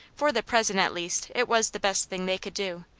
for the present, at least, it was the best thing they could do,